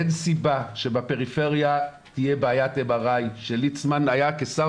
אין סיבה שבפריפריה תהיה בעיית MRI. כשליצמן היה שר